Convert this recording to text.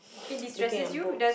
looking at boat